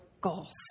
goals